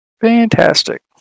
Fantastic